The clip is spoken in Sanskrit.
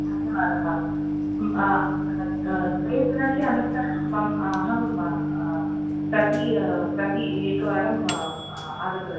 धन्यवादः द्विदिनस्य अनन्तरं मम अहं प्रति प्रति एकवारम् आ आगतवती